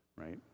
right